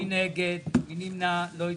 היא מודיעה לממשלה: ממשלה יקרה,